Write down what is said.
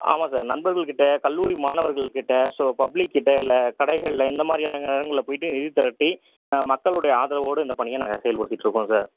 ஆமாம் சார் நண்பர்கள் கிட்டே கல்லூரி மாணவர்கள்கிட்டே ஸோ பப்ளிக்கிட்டே இல்லை கடைகளில் இந்த மாதிரியான இடங்களில் போய்ட்டு நிதி திரட்டி மக்களுடைய ஆதரவோடு இந்த பணியை நாங்கள் செயல்படுத்திட்டு இருக்கோம் சார்